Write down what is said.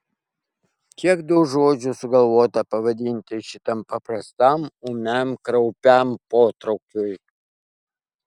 kiek daug žodžių sugalvota pavadinti šitam paprastam ūmiam kraupiam potraukiui